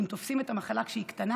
אם תופסים את המחלה כשהיא קטנה,